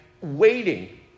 waiting